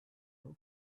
non